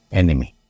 enemy